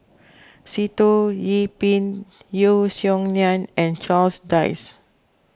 Sitoh Yih Pin Yeo Song Nian and Charles Dyce